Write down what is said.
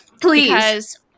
Please